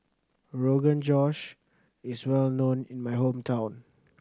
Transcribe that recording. Rogan Josh is well known in my hometown